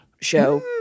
show